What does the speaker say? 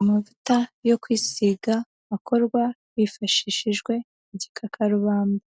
Amavuta yo kwisiga akorwa hifashishijwe igikakarubamba.